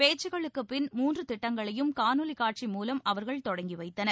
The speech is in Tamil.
பேச்சுக்களுக்குப் பின் மூன்று திட்டங்களையும் காணொலிக் காட்சி மூலம் அவர்கள் தொடங்கி வைத்தனர்